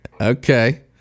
okay